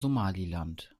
somaliland